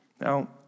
Now